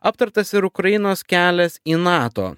aptartas ir ukrainos kelias į nato